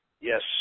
yes